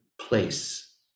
place